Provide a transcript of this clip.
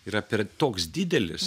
yra per toks didelis